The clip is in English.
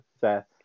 Seth